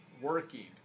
working